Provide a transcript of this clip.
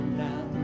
now